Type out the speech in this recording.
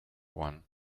one